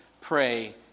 pray